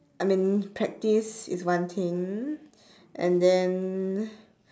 I mean practice is one thing and then